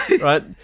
Right